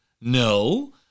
no